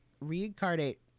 reincarnate